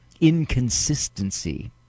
inconsistency